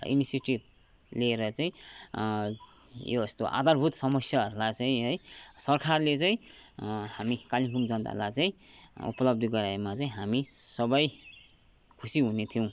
initiative लिएर चाहिँ यो यस्तो आधारभूत समस्याहरूलाई चाहिँ है सरकारले चाहिँ हामी कालिम्पोङे जनतालाई चाहिँ उपलब्ध गराइदिएमा चाहिँ हामी सबै खुसी हुने थियौँ